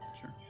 Sure